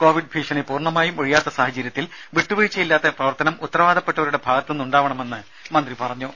Covid ഭീഷണി പൂർണമായും ഒഴിയാത്ത സാഹചര്യത്തിൽ വിട്ടുവീഴ്ച്ചയില്ലാത്ത പ്രവർത്തനം ഉത്തരവാദപ്പെട്ടവരുടെ ഭാഗത്ത് നിന്നും ഉണ്ടാവണമെന്ന് മന്ത്രി പറഞ്ഞു